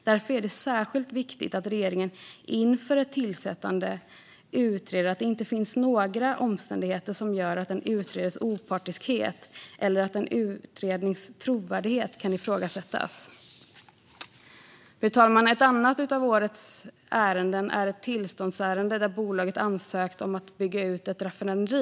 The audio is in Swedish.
Därför är det särskilt viktigt att regeringen inför ett tillsättande utreder att det inte finns några omständigheter som gör att en utredares opartiskhet eller en utrednings trovärdighet kan ifrågasättas. Fru talman! Ett annat av årets ärenden är ett tillståndsärende där ett bolag hade ansökt om att få bygga ut ett raffinaderi.